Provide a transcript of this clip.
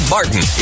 Martin